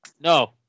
No